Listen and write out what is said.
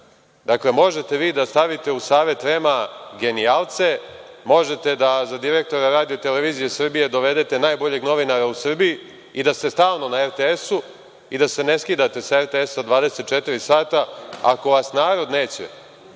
radi. Dakle, možete vi da stavite u Savet REM-a genijalce, možete da za direktora RTS dovedete najboljeg novinara u Srbiji i da ste stalno na RTS-u i da se ne skidate sa RTS-a 24 sata, ako vas narod neće